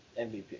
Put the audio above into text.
MVP